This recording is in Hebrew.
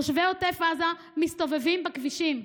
תושבי עוטף עזה מסתובבים בכבישים,